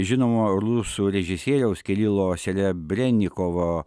žinomo rusų režisieriaus kirilo serebrenikovo